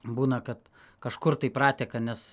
būna kad kažkur tai prateka nes